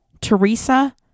Teresa